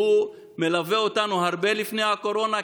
שהוא מלווה אותנו הרבה לפני הקורונה,